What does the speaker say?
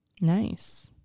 Nice